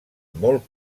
molt